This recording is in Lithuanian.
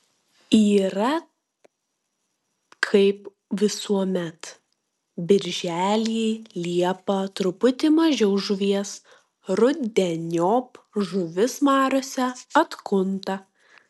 yra kaip visuomet birželį liepą truputį mažiau žuvies rudeniop žuvis mariose atkunta